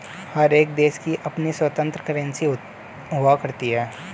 हर एक देश की अपनी स्वतन्त्र करेंसी हुआ करती है